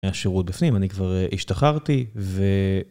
השירות בפנים, אני כבר השתחררתי ו...